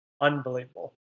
Unbelievable